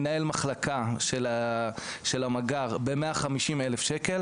מנהל מחלקה של המג״ר זה 150 אלף שקלים